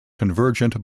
convergent